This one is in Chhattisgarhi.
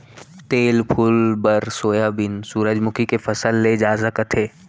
तेल फूल बर सोयाबीन, सूरजमूखी के फसल ले जा सकत हे